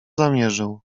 zamierzył